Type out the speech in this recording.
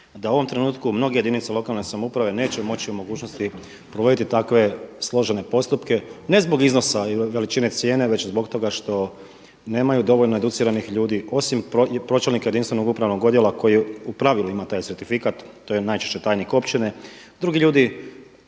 da u ovom trenutku mnoge jedinice lokalne samouprave neće biti u mogućnosti provoditi takve složene postupke, ne zbog iznosa i veličine cijene već zbog toga što nemaju dovoljno educiranih ljudi osim pročelnika jedinstvenog upravnog odjela koji u pravilima taj certifikat, to je najčešće tajnik općine. Drugi ljudi